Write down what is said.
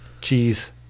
cheese